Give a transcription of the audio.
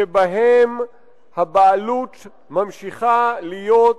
שבהם השליטה ממשיכה להיות